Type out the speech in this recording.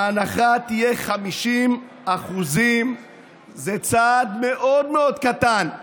ההנחה תהיה 50% היא צעד מאוד מאוד קטן,